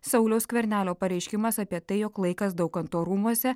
sauliaus skvernelio pareiškimas apie tai jog laikas daukanto rūmuose